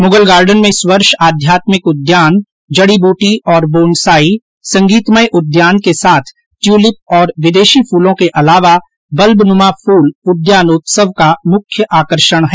Mughal Garden में इस वर्ष आध्यातमिक उद्यान जड़ी बूटी और बोनसाई संगीतमय उद्यान के साथट्यूलिप और विदेशी फूलों के अलावा बल्बनुमा फूल उद्यानोत्सव का मुख्य आकर्षण हैं